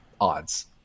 odds